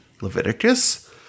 Leviticus